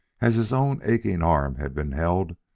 as his own aching arm had been held,